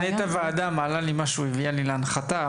מנהלת הוועדה מעלה לי משהו, הביאה לי להנחתה.